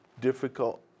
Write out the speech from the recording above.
difficult